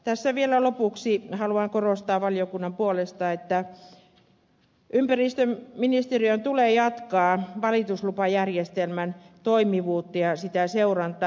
tässä vielä lopuksi haluan korostaa valiokunnan puolesta että ympäristöministeriön tulee jatkaa valituslupajärjestelmän toimivuuden seurantaa